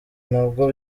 ntabwo